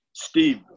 Steve